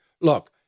Look